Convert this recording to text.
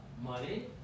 money